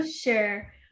sure